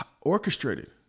orchestrated